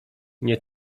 nie